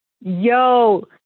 Yo